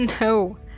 No